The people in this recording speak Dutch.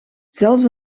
zelfs